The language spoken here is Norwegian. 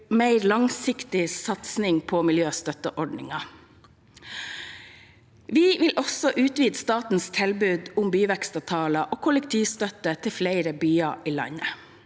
mer langsiktig satsing på miljøstøtteordninger. Vi vil også utvide statens tilbud om byvekstavtaler og kollektivstøtte til flere byer i landet.